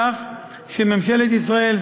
כך שממשלת ישראל,